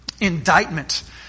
indictment